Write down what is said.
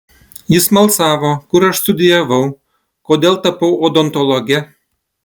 jis smalsavo kur aš studijavau kodėl tapau odontologe